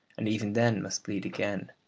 and even then must bleed again,